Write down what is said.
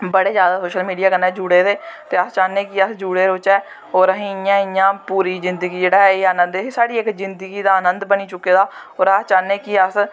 बड़े जादा social media कन्नै जुड़े दे ते अस चाह्न्ने कि अस जुड़े रौह्चै और असें इयां इयां पूरी जिन्दगी जेह्ड़े एह् अनंद साढ़ी जिन्दगी दा अनंद बनी चुके दा और अस चाह्न्ने कि अस